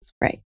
Right